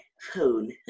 phone